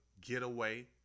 Getaway